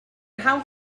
rhan